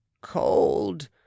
cold